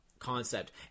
concept